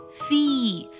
fee